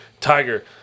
Tiger